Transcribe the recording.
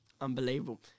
Unbelievable